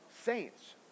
saints